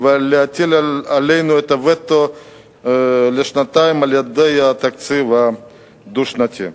ולהטיל עלינו את הווטו לשנתיים על-ידי התקציב הדו-שנתי.